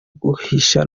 guhisha